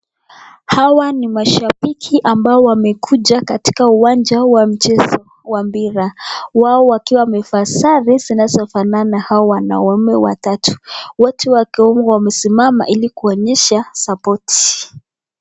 Hawa ni mashabiki ambao wamekuja katika uwanja wa mchezo wa mpira, wao wakiwa wamevaa sare zinazofanana wanaume watatu, wote wakiwa wamesimama ili kuonyesha sapoti.